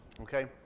Okay